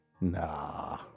Nah